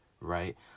right